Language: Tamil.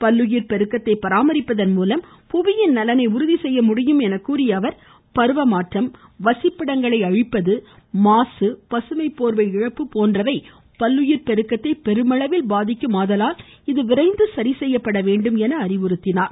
பல்லுயிர் பெருக்கத்தை பராமரிப்பதன் மூலம் புவியின் நலனை உறுதிசெய்ய முடியும் என கூறிய அவர் பருவமாற்றம் வசிப்பிடங்களை அழிப்பது மாசு பசுமை போர்வை இழப்பு போன்றவை பல்லுயிர் பெருக்கத்தை பெருமளவில் பாதிக்குமாதலால் இது விரைந்து சரிசெய்யப்பட வேண்டும் எனவும் கோரினார்